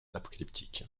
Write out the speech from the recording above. apocalyptique